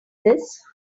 this